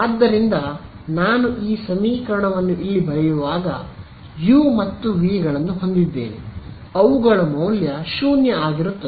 ಆದ್ದರಿಂದ ನಾನು ಈ ಸಮೀಕರಣವನ್ನು ಇಲ್ಲಿ ಬರೆಯುವಾಗ ನಾನು ಯು ಮತ್ತು ವಿ ಗಳನ್ನು ಹೊಂದಿದ್ದೇನೆ ಅವುಗಳ ಮೌಲ್ಯ 0 ಆಗಿರುತ್ತದೆ